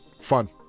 Fun